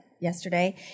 yesterday